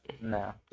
No